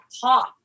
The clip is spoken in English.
pop